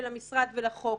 למשרד ולחוק,